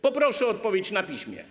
Poproszę o odpowiedź na piśmie.